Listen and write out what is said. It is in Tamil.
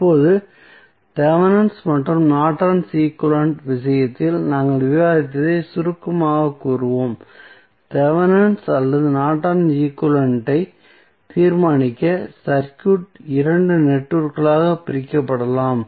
இப்போது தெவெனின் மற்றும் நார்டனின் ஈக்வலன்ட் விஷயத்தில் நாங்கள் விவாதித்ததை சுருக்கமாகக் கூறுவோம் தெவெனின் அல்லது நார்டனின் ஈக்வலன்ட் ஐ தீர்மானிக்க சர்க்யூட் 2 நெட்வொர்க்குகளாக பிரிக்கப்படலாம்